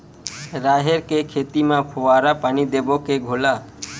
राहेर के खेती म फवारा पानी देबो के घोला?